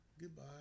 Goodbye